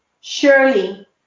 Surely